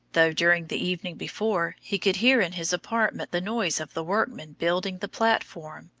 though during the evening before he could hear in his apartment the noise of the workmen building the platform,